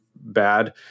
bad